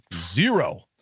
Zero